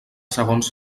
segons